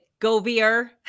Govier